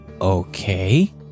okay